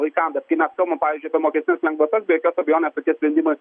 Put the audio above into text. vaikam bet kai mes kalbam pavyzdžiui apie mokestines lengvatas be jokios abejonės tokie sprendimai